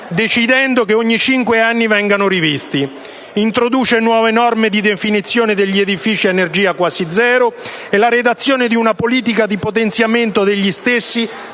decidendo che ogni cinque anni vengano rivisti; introduce nuove norme di definizione degli edifici ad energia quasi zero e la redazione di una politica di potenziamento degli stessi